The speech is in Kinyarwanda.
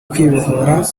kwibohora